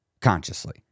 consciously